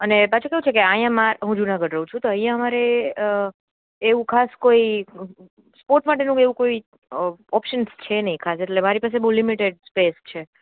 અને પાછું કેવું છે કે અહીં માર હું જુનાગઢ રહું છું તો અહીં અમારે એવું ખાસ કોઇ સ્પોર્ટ માટે નો એવું કોઇ ઓપ્શન્સ છે નહીં ખાસ એટલે મારી પાસે બહુ લિમિટેડ સ્પેસ છે